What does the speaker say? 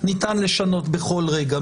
ניתן לשנות בכל רגע.